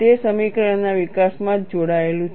તે સમીકરણ ના વિકાસમાં જ જોડાયેલું છે